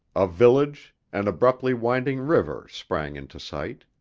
a village, an abruptly winding river sprang into sight.